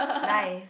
nice